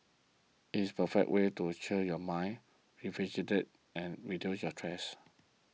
it's the perfect way to your mind rejuvenate and reduce your stress